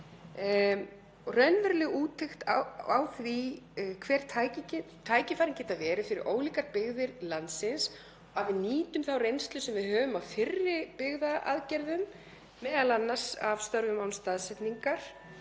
Raunveruleg úttekt á því hver tækifærin geta verið fyrir ólíkar byggðir landsins, að við nýtum þá reynslu sem við höfum af fyrri byggðaaðgerðum, m.a. af störfum án staðsetningar,